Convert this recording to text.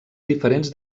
diferents